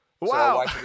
wow